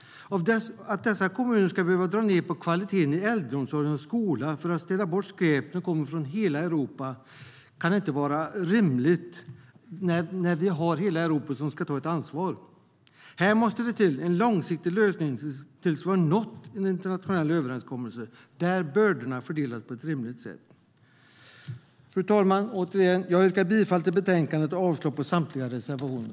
Att dessa kommuner ska behöva dra ned kvaliteten på äldreomsorg och skola för att städa bort skräp som kommer från hela Europa kan inte vara rimligt. Hela Europa måste ta ett ansvar. Här måste det till en långsiktig lösning tills vi har nått en internationell överenskommelse där bördorna fördelas på ett rimligt sätt. Fru talman! Jag yrkar bifall till utskottets förslag och avslag på samtliga reservationer.